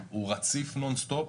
רציף נון סטופ.